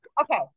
Okay